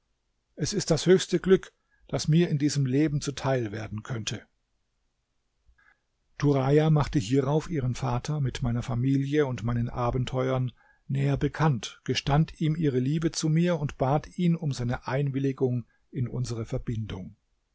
es ist das höchste glück das mir in diesem leben zuteil werden könnte turaja machte hierauf ihren vater mit meiner familie und meinen abenteuern näher bekannt gestand ihm ihre liebe zu mir und bat ihn um seine einwilligung in unsere verbindung